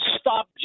stop